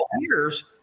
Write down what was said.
years